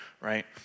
right